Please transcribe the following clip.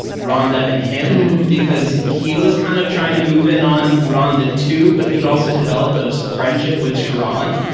ronda and him, because he was kind of trying to move in on ronda, too. but he had also developed most friendship with sharon.